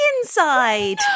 inside